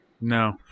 No